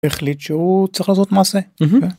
החליט שהוא צריך לעשות מעשה.